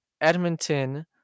Edmonton